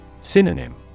Synonym